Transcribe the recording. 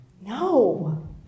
No